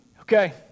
Okay